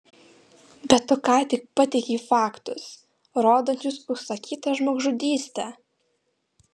bet tu ką tik pateikei faktus rodančius užsakytą žmogžudystę